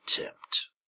attempt